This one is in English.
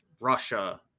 Russia